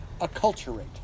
acculturate